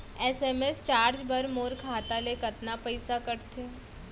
SMS charge बर मोर खाता ले कतका पइसा कटथे?